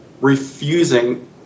refusing